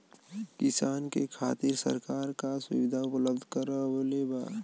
किसान के खातिर सरकार का सुविधा उपलब्ध करवले बा?